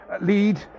lead